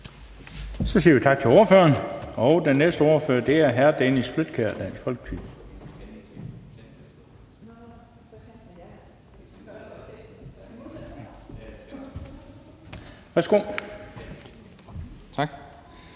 Så siger vi tak til ordføreren. Den næste ordfører er hr. Dennis Flydtkjær,